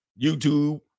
YouTube